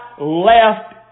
left